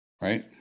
right